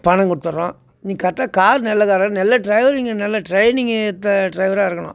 பணம் கொடுத்துட்றோம் நீங்கள் கரெக்ட்டாக கார் நல்ல காராக நல்ல ட்ரைவிங்கு நல்ல ட்ரைனிங் எடுத்த டிரைவராக இருக்கணும்